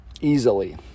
easily